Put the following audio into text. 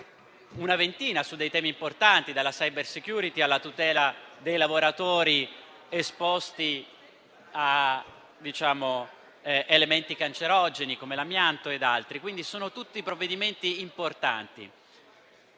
una ventina su temi importanti, dalla *cybersecurity* alla tutela dei lavoratori esposti a elementi cancerogeni, come l'amianto ed altri, quindi sono tutti provvedimenti importanti.